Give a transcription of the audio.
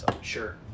Sure